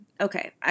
Okay